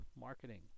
marketing